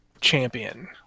champion